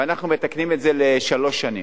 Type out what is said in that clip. ואנחנו מתקנים את זה לשלוש שנים,